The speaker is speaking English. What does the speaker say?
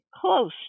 close